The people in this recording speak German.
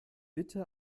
bitte